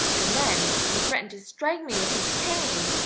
and then he threatened to strike me with his cane.